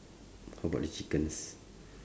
how about the chickens